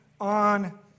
on